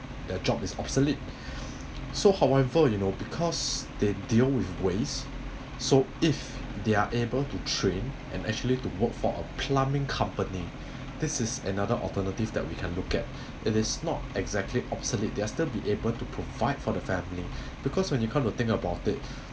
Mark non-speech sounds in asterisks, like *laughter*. their job is obsolete *breath* so however you know because they deal with waste so if they're able to train and actually to work for a plumbing company this is another alternative that we can look at it is not exactly obsolete they are still be able to provide for the family because when you come to think about it